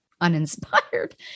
uninspired